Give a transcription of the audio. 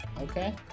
Okay